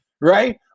right